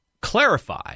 clarify